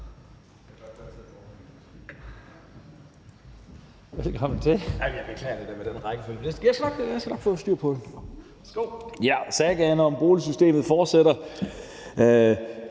Sagaen om boligsystemet fortsætter.